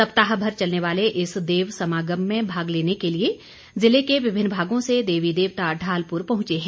सप्ताहभर चलने वाले इस देव समागम में भाग लेने के लिए जिले के विभिन्न भागों से देवी देवता ढालपुर पहुंचे हैं